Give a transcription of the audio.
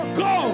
go